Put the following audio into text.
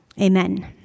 Amen